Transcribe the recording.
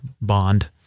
bond